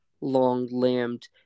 long-limbed